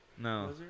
No